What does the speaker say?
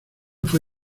fue